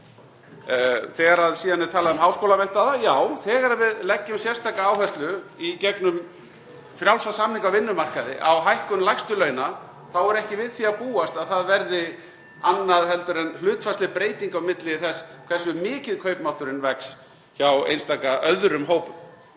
Þegar síðan er talað um háskólamenntaða — já, þegar við leggjum sérstaka áherslu í gegnum frjálsa samninga á vinnumarkaði á hækkun lægstu launa þá er ekki (Forseti hringir.) við því að búast að það verði annað heldur en hlutfallsleg breyting á milli þess hversu mikið kaupmátturinn vex hjá einstaka öðrum hópum.